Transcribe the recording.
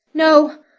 no.